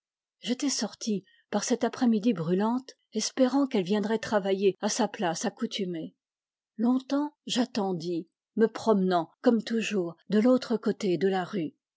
j'étais sorti par cette après-midi brûlante espérant qu'elle viendrait travailler à sa place accoutumée longtemps j'attendis me promenant comme toujours de l'autre côté de la rue